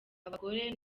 abagore